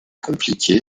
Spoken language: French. compliquée